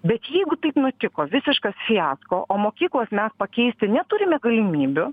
bet jeigu taip nutiko visiškas fiasko o mokyklos mes pakeisti neturime galimybių